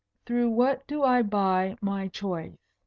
through what do i buy my choice?